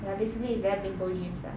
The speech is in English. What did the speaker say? ya basically it's very bimbo dreams lah